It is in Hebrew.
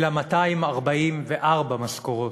אלא ל-244 משכורות.